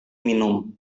minum